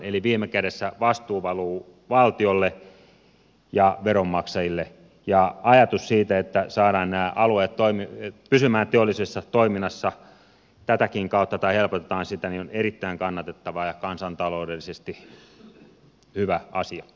eli viime kädessä vastuu valuu valtiolle ja veronmaksajille ja ajatus siitä että saadaan nämä alueet pysymään teollisessa toiminnassa tätäkin kautta tai helpotetaan sitä on erittäin kannatettava ja kansantaloudellisesti hy vä asia